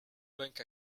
bank